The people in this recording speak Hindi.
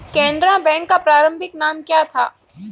केनरा बैंक का प्रारंभिक नाम क्या था?